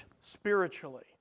spiritually